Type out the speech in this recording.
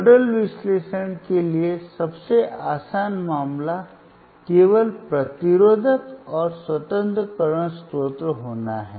nodal विश्लेषण के लिए सबसे आसान मामला केवल प्रतिरोधक और स्वतंत्र करंट स्रोत होना है